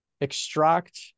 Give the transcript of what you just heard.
extract